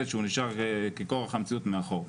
שלפעמים הוא נשאר כקורח המציאות מאחור.